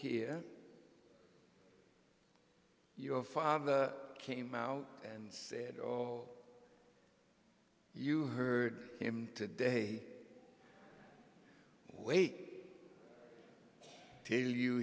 here your father came out and said or you heard him today wait